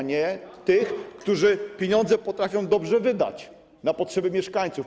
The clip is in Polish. a nie tym, którzy pieniądze potrafią dobrze wydać na potrzeby mieszkańców.